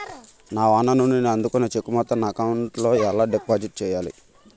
నా ఓనర్ నుండి నేను అందుకున్న చెక్కు మొత్తాన్ని నా అకౌంట్ లోఎలా డిపాజిట్ చేయాలి?